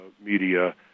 media